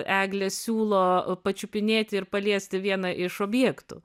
eglė siūlo pačiupinėti ir paliesti vieną iš objektų